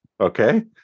Okay